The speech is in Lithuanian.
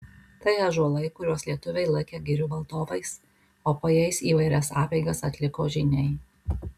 tai ąžuolai kuriuos lietuviai laikė girių valdovais o po jais įvairias apeigas atliko žyniai